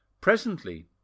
presently